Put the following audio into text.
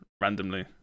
randomly